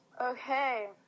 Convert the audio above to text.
Okay